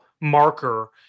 marker